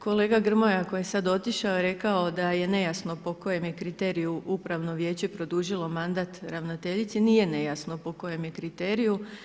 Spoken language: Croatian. Kolega Grmoja koji je sada otišao je rekao da je nejasno po kojem je kriteriju Upravno vijeće produžilo mandata ravnateljici, nije nejasno po kojem je kriteriju.